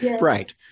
Right